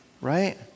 right